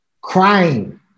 crying